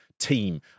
Team